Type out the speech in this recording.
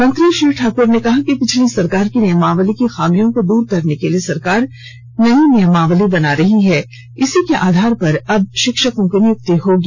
मंत्री श्री ठाकुर ने कहा कि पिछली सरकार की नियमावली की खामियों को दूर करने के लिए सरकार नई नियमावली बना रही है इसी के आधार पर अब शिक्षकों की नियुक्ति होगी